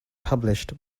published